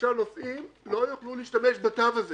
שעכשיו נוסעים, לא יוכלו להשתמש בתו הזה